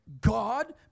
God